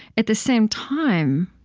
at the same time,